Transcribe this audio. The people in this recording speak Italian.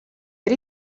per